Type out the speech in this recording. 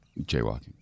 jaywalking